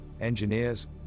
engineers